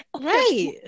Right